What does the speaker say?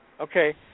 Okay